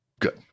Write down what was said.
Good